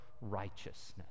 righteousness